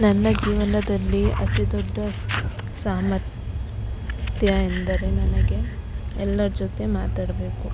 ನನ್ನ ಜೀವನದಲ್ಲಿ ಅತಿದೊಡ್ಡ ಸಾಮರ್ಥ್ಯ ಎಂದರೆ ನನಗೆ ಎಲ್ಲರ ಜೊತೆ ಮಾತಾಡಬೇಕು